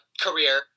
career